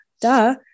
duh